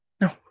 No